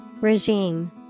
Regime